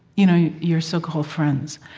you know your so-called friends,